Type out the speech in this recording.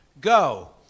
Go